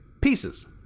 Pieces